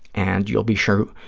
and you'll be sure,